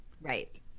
right